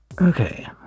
Okay